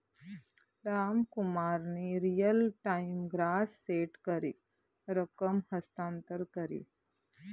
रामकुमारनी real time gross सेट करी रकम हस्तांतर करी